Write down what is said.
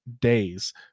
days